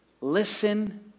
Listen